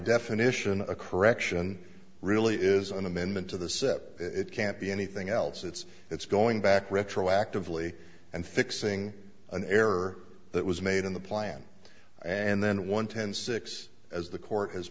definition a correction really is an amendment to the set it can't be anything else it's it's going back retroactively and fixing an error that was made in the plan and then one ten six as the court has